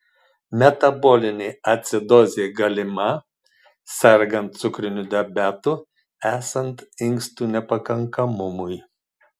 metabolinė acidozė galima sergant cukriniu diabetu esant inkstų nepakankamumui